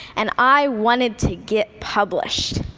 and i wanted to get published.